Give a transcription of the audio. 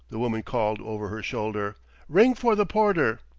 the woman called over her shoulder ring for the porter.